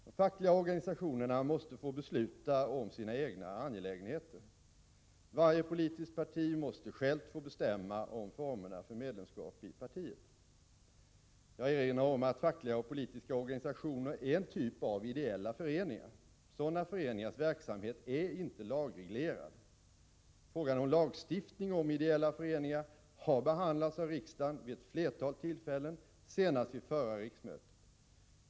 De fackliga organisationerna måste få besluta om sina egna angelägenheter. Varje politiskt parti måste självt få bestämma om formerna för medlemskap i partiet. Jag erinrar om att fackliga och politiska organisationer är en typ av ideella föreningar. Sådana föreningars verksamhet är inte lagreglerad. Frågan om lagstiftning om ideella föreningar har behandlats av riksdagen vid ett flertal tillfällen, senast vid förra riksmötet.